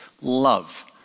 love